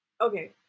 Okay